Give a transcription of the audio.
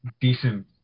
decent